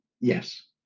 Yes